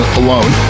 alone